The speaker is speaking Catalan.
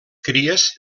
cries